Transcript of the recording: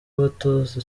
abatoza